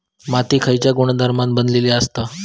माती खयच्या गुणधर्मान बनलेली असता?